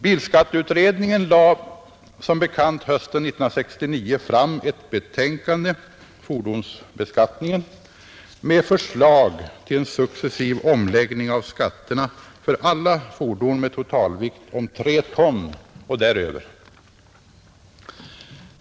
Bilskatteutredningen lade som bekant hösten 1969 fram ett betänkande — Fordonsbeskattningen — med förslag till en successiv omläggning av skatterna för alla fordon med en totalvikt om tre ton och däröver.